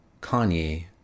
Kanye